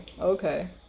okay